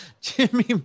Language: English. Jimmy